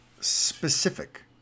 specific